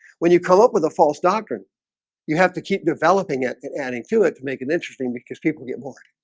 when you come up with a false doctrine you have to keep developing it and adding to it to make it interesting because people get bored